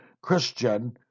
Christian